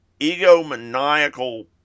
egomaniacal